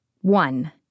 one